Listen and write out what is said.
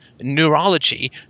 neurology